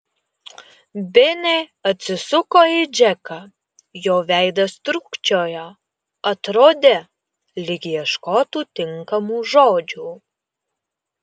benė atsisuko į džeką jo veidas trūkčiojo atrodė lyg ieškotų tinkamų žodžių